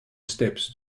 steps